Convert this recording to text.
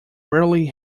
rarely